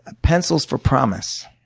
pencils for promise